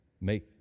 make